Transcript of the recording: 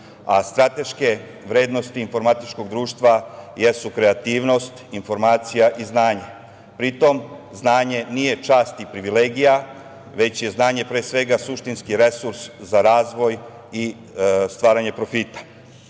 a strateške vrednosti informatičkog društva jesu kreativnost, informacija i znanje. Pri tome, znanje nije čast i privilegija, već je znanje pre svega suštinski resurs za razvoj i stvaranje profita. Pre